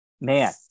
man